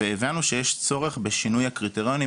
והבנו שיש צורך בשינוי הקריטריונים,